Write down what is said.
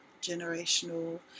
generational